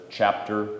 chapter